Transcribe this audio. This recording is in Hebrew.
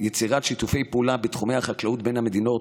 יצירת שיתופי פעולה בתחומי החקלאות בין המדינות,